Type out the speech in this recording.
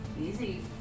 easy